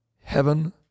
heaven